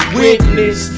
witness